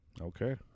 okay